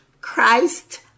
Christ